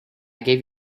gave